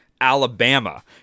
Alabama